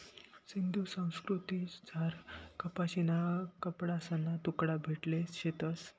सिंधू संस्कृतीमझार कपाशीना कपडासना तुकडा भेटेल शेतंस